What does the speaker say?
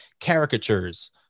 caricatures